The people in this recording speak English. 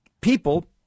people